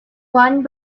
one